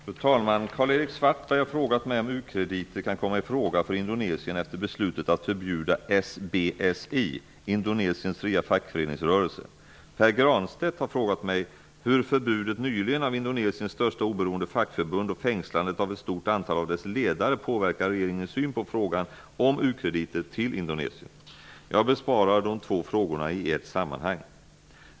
Fru talman! Karl-Erik Svartberg har frågat mig om u-krediter kan komma i fråga för Indonesien efter beslutet att förbjuda SBSI, Indonesiens fria fackföreningsrörelse. Pär Granstedt har frågat mig hur förbudet nyligen av Indonesiens största oberoende fackförbund och fängslandet av ett stort antal av dess ledare påverkar regeringens syn på frågan om u-krediter till Indonesien. Jag besvarar de två frågorna i ett sammanhang.